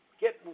Get